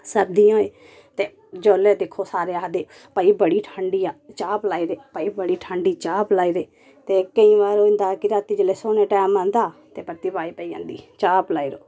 सर्दियां ते जेल्लै दिक्खो सारे आखदे भाई बड़ी ठंड ही आ चाह् पलाई दे भाई बड़ी ठंड ही चाह् पलाई दे ते केईं बारी हुंदा कि रातीं जेल्लै सौने दा टैम औंदा ते परतियै वाज पेई जंदी चाह् पलाओ